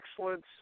excellence